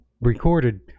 recorded